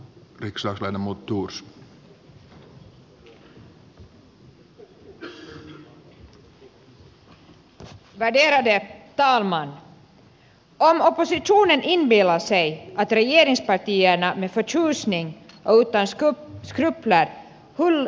om oppositionen inbillar sig att regeringspartierna med förtjusning och utan skrupler hurrar för det nya stödpaketet till grekland misstar den sig gruvligt